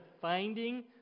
finding